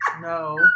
No